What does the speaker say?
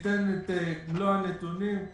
ניתן את מלוא הנתונים.